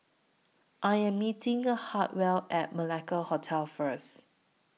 I Am meeting A Hartwell At Malacca Hotel First